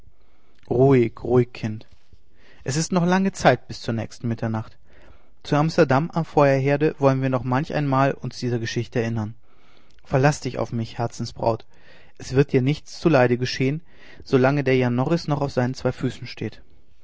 ruhig ruhig kind es ist noch lange zeit bis zur nächsten mitternacht zu amsterdam am feuerherde wollen wir noch manch ein mal uns dieser geschichte erinnern verlaß dich auf mich herzensbraut es wird dir nichts zuleide geschehen solang der jan norris noch auf seinen zwei füßen steht